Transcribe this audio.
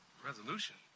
Resolution